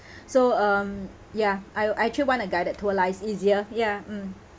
so um ya I I actually want a guided tour lah it's easier ya mm